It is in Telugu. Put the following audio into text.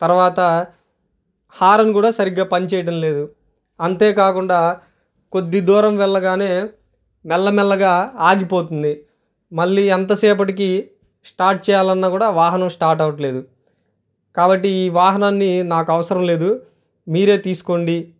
తర్వాత హారన్ కూడా సరిగ్గా పనిచేయటం లేదు అంతే కాకుండా కొద్ది దూరం వెళ్ళగానే మెల్లమెల్లగా ఆగిపోతుంది మళ్ళీ ఎంతసేపటికి స్టార్ట్ చేయాలన్నా కూడా వాహనం స్టార్ట్ అవట్లేదు కాబట్టి ఈ వాహనాన్ని నాకు అవసరం లేదు మీరే తీసుకోండి